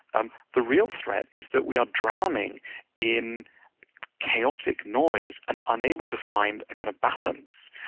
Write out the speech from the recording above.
um the real threat is that we are drowning in chaotic noise, and unable to find a kind of balance.